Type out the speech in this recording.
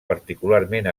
particularment